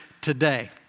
today